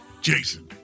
Jason